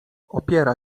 opiera